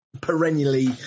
perennially